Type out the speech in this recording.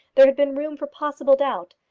there had been room for possible doubt.